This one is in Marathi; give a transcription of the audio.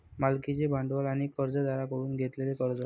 मालकीचे भांडवल आणि कर्जदारांकडून घेतलेले कर्ज